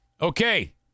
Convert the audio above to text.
okay